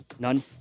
None